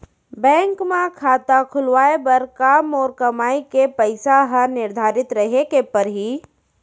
Bank म खाता खुलवाये बर का मोर कमाई के पइसा ह निर्धारित रहे के पड़ही?